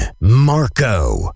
Marco